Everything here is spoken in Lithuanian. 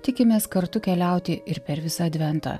tikimės kartu keliauti ir per visą adventą